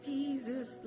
Jesus